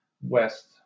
west